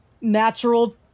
Natural